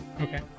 Okay